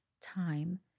time